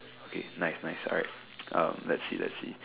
okay nice nice alright um let see let see